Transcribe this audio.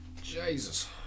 Jesus